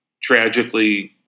tragically